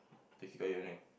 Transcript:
taxi cover only